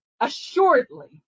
assuredly